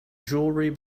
jewelry